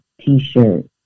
T-shirt